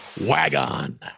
WagOn